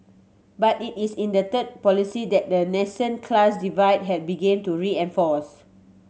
but it is in the third policy that a nascent class divide had begun to reinforce